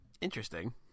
Interesting